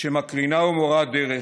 שמקרינה ומורה דרך,